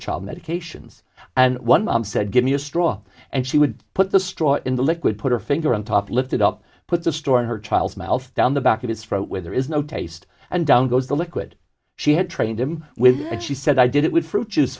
child medications and one said give me a straw and she would put the straw in the liquid put her finger on top lifted up put the store in her child's mouth down the back of his front where there is no taste and down goes the liquid she had trained him with but she said i did it with fruit juice